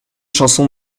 chansons